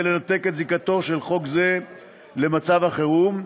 לנתק את זיקתו של חוק זה למצב החירום,